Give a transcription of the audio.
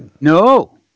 No